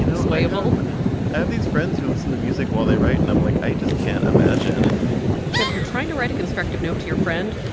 you know swayable ah these friends who listen to music while they write, and i'm like, i just can't imagine so if you're trying to write a constructive note to your friend,